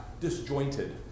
disjointed